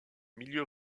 milieu